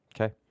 Okay